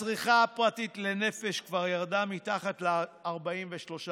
הצריכה הפרטית לנפש כבר ירדה מתחת ל-43%-44%,